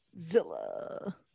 Zilla